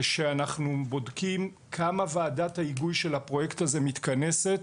כשאנחנו בודקים כמה ועדת ההיגוי של הפרויקט הזה מתכנסת,